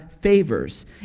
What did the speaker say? favors